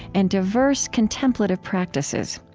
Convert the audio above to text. and diverse contemplative practices.